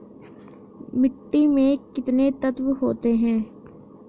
मिट्टी में कितने तत्व होते हैं?